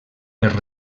per